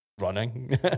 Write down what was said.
Running